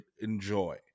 enjoy